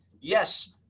Yes